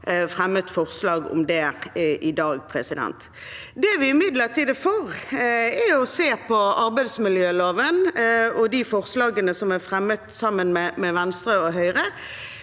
fremmet forslag om det i dag. Det vi imidlertid er for, er å se på arbeidsmiljøloven og de forslagene som er fremmet sammen med Venstre og Høyre,